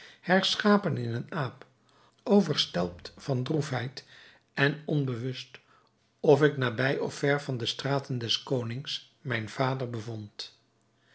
herschapen in een aap overstelpt van droefheid en onbewust of ik mij nabij of ver van de staten des konings mijn vader bevond